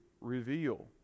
reveal